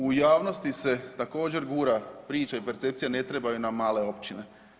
U javnosti se također gura priča i percepcija ne trebaju nam male općine.